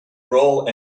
roll